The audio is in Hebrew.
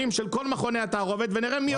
של כל מכוני התערובת ונראה מי הוריד.